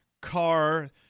car